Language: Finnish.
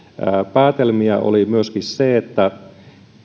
päätelmiä oli myöskin se että